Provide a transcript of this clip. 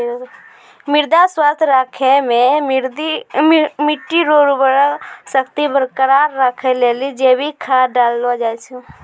मृदा स्वास्थ्य राखै मे मट्टी रो उर्वरा शक्ति बरकरार राखै लेली जैविक खाद डाललो जाय छै